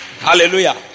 Hallelujah